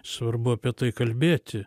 svarbu apie tai kalbėti